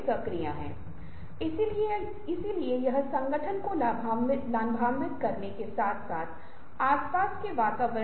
अगर मैं कहता हूं कि मैं एक कलम और इंसान के बीच एक सादृश्य बनाना चाहता हूं तो यह शायद बहुत मुश्किल है लेकिन फिर कुछ समय बाद मैं कुछ बहुत दूर के रिश्ते के साथ आ सकता हूं